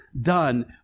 done